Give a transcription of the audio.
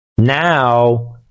Now